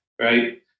right